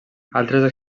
altres